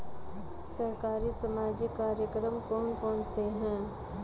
सरकारी सामाजिक कार्यक्रम कौन कौन से हैं?